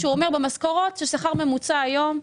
במשכורות של שכר ממוצע היום,